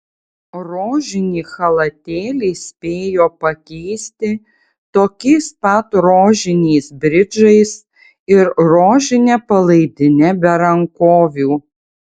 rožinį chalatėlį spėjo pakeisti tokiais pat rožiniais bridžais ir rožine palaidine be rankovių